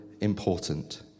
important